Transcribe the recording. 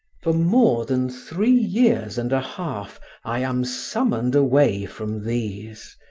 for more than three years and a half i am summoned away from these.